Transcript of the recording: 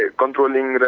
controlling